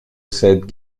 cette